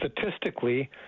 statistically